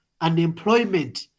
unemployment